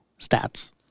stats